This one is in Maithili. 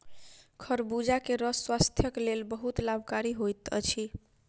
खरबूजा के रस स्वास्थक लेल बहुत लाभकारी होइत अछि